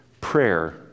prayer